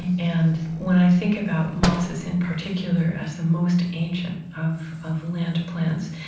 and when i think about mosses, in particular, as the most ancient of of land plants,